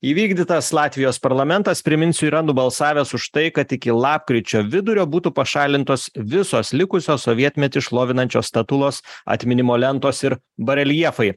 įvykdytas latvijos parlamentas priminsiu yra nubalsavęs už tai kad iki lapkričio vidurio būtų pašalintos visos likusios sovietmetį šlovinančios statulos atminimo lentos ir bareljefai